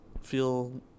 feel